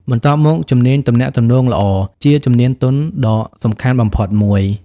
បន្ទាប់មកជំនាញទំនាក់ទំនងល្អ ជាជំនាញទន់ដ៏សំខាន់បំផុតមួយ។